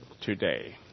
today